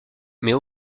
mais